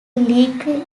league